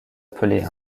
appelée